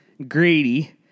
Grady